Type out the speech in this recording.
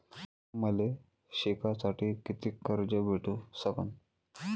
मले शिकासाठी कितीक कर्ज भेटू सकन?